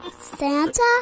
Santa